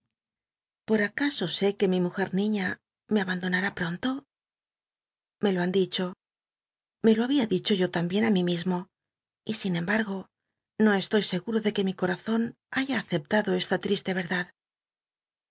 por acaso sé que mi mujer niña me abandonará pronto lile lo han dicho me lo había dicho yo tambien á mi mismo y sin embargo no estoy seguro de que mi corazon haya aceptado esta triste verdad